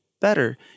better